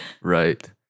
Right